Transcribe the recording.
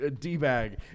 D-bag